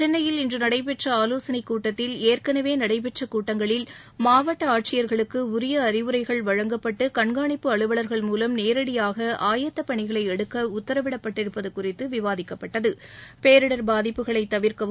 சென்ளையில் இன்று நடைபெற்ற ஆலோசனை கூட்டத்தில் ஏற்கனவே நடைபெற்ற கூட்டங்களில் மாவட்ட ஆட்சியர்களுக்கு உரிய அறிவுரைகள் வழங்கப்பட்டு கண்காணிப்பு அலுவலர்கள் மூலம் நேரடியாக ஆயத்தப் பணிகளை எடுக்க உத்தரவிடப்பட்டிருப்பது குறித்து விவாதிக்கப்பட்டது பேரிடர் பாதிப்புகளை தவிர்க்கவும்